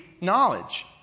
knowledge